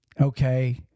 okay